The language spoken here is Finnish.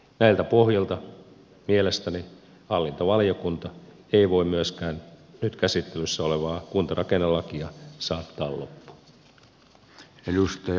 näiltä pohjilta mielestäni hallintovaliokunta ei voi myöskään nyt käsittelyssä olevaa kuntarakennelakia saattaa loppuun